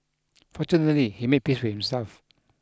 fortunately he made peace with himself